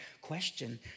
question